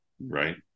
right